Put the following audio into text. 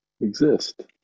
exist